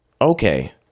Okay